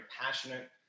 passionate